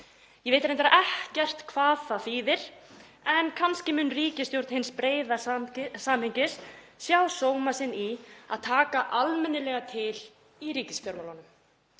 Ég veit reyndar ekkert hvað það þýðir en kannski mun ríkisstjórn hins breiða samhengis sjá sóma sinn í því að taka almennilega til í ríkisfjármálunum